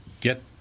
get